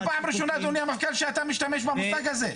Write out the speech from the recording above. פעם ראשונה, אדוני המפכ"ל, שאתה משתמש במושג הזה.